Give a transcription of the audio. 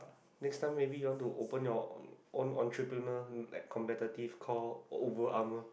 next time maybe you want to open you own entrepreneur like competitive called over armor